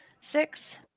Six